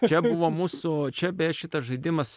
čia buvo mūsų čia beje šitas žaidimas